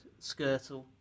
Skirtle